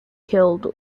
killed